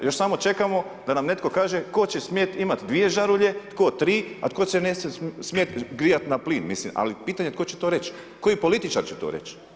Još samo čekamo da nam neko kaže tko će smjet imati dvije žarulje, tko tri, a tko se neće smjet grijat na plin, ali pitanje je tko će to reći, koji političar će to reć.